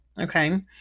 Okay